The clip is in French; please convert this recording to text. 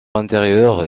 intérieure